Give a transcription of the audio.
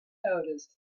noticed